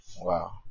Wow